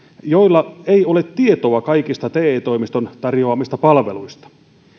joilla ei ole tietoa kaikista te toimiston tarjoamista palveluista